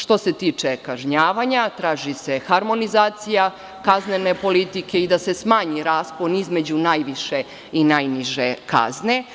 Što se tiče kažnjavanja, traži se harmonizacija kaznene politike i da se smanji raspon između najviše i najniže kazne.